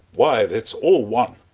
why, that's all one.